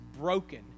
broken